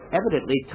evidently